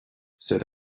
said